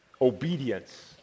obedience